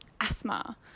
Asthma